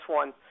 one